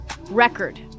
record